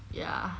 ya